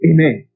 Amen